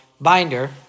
binder